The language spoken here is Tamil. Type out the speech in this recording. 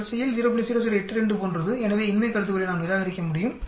0082 போன்றதுஎனவே இன்மை கருதுகோளை நாம் நிராகரிக்க முடியும்